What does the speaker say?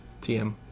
TM